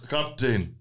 Captain